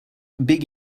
big